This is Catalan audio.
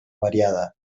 variada